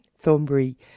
Thornbury